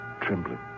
trembling